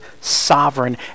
sovereign